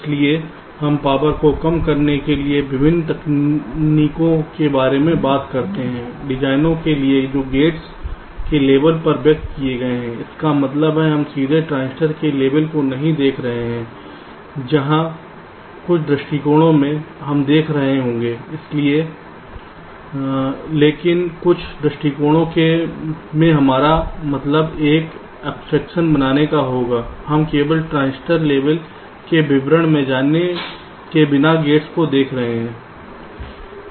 इसलिए हम पावर को कम करने के लिए विभिन्न तकनीकों के बारे में बात करते हैं डिजाइन के लिए जो गेट्स के लेबल पर व्यक्त किए गए हैं इसका मतलब है कि हम सीधे ट्रांजिस्टर के लेबल को नहीं देख रहे हैं जहां कुछ दृष्टिकोणों में हम देख रहे होंगे लेकिन कुछ दृष्टिकोणों में हमारा मतलब एक एब्स्ट्रक्शन बनाने का होगा हम केवल ट्रांजिस्टर लेबल के विवरण में जाने के बिना गेट्स को देख रहे हैं